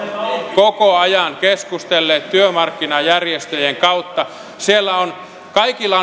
koko ajan keskustelleet työmarkkinajärjestöjen kautta siellä on kaikilla